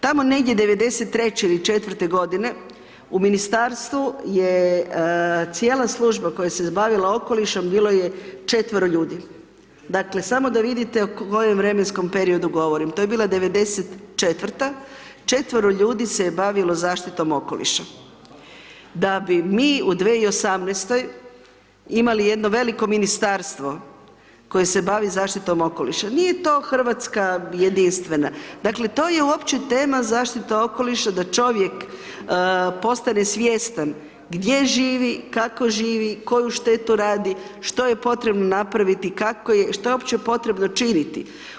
Tamo negdje, '93. ili '94. godine, u Ministarstvu je cijela služba koja se bavila okolišom, bilo je četvero ljudi, dakle samo da vidite o kojem vremenskom periodu govorim, to je bila '94.-ta, četvero ljudi se je bavilo zaštitom okoliša, da bi mi u 2018. imali jedno veliko Ministarstvo koje se bavi zaštitom okoliša, nije to Hrvatska jedinstvena, dakle to je uopće tema zaštite okoliša da čovjek postane svjestan gdje živi, kako živi, koju štetu radi, što je potrebno napraviti, kako je, što je uopće potrebno činiti.